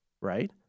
right